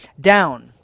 down